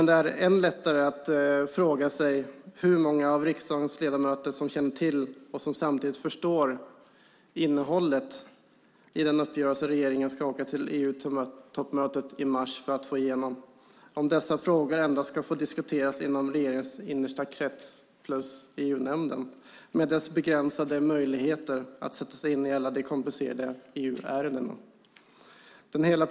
Det är ännu lättare att fråga sig hur många av riksdagens ledamöter som känner till och som samtidigt förstår innehållet i den uppgörelse regeringen ska åka till EU-toppmötet i mars för att få igenom om dessa frågor endast ska få diskuteras inom regeringens innersta krets plus EU-nämnden med dess begränsade möjligheter att sätta sig in i alla de komplicerade EU-ärendena.